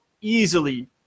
easily